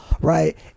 right